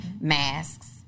masks